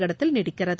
இடத்தில் நீடிக்கிறது